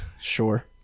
Sure